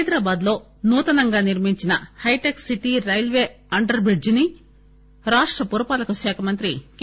హైదరాబాద్ లో నూతనంగా నిర్మించిన హైటెక్ సిటీ రైల్వే అండర్ బ్రిడ్జిని రాష్ట్ర పురపాలకశాఖ మంత్రి కె